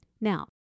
Now